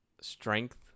strength